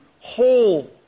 Whole